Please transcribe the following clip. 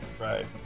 Right